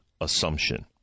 assumption